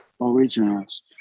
originals